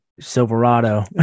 silverado